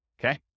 okay